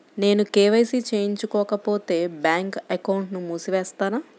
నేను కే.వై.సి చేయించుకోకపోతే బ్యాంక్ అకౌంట్ను మూసివేస్తారా?